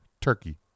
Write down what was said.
turkey